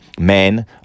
men